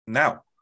now